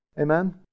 Amen